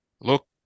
look